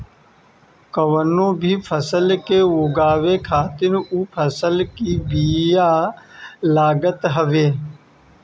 कवनो भी फसल के उगावे खातिर उ फसल के बिया लागत हवे